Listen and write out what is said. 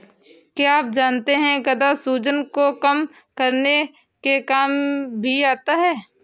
क्या आप जानते है गदा सूजन को कम करने के काम भी आता है?